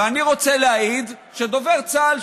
ואני רוצה להעיד שדובר צה"ל,